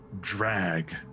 drag